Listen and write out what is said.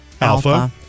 alpha